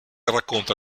racconta